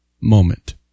moment